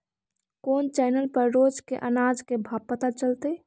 कोन चैनल पर रोज के अनाज के भाव पता चलतै?